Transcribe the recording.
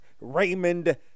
Raymond